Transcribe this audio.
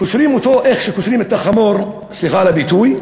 קושרים אותו איך שקושרים חמור, סליחה על הביטוי,